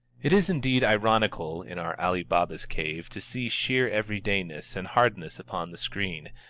it is indeed ironical in our ali baba's cave to see sheer everydayness and hardness upon the screen,